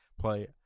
play